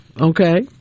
Okay